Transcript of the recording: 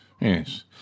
Yes